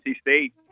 State